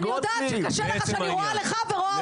אני יודעת שקשה לך שאני רואה לך ורואה אותך.